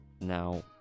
now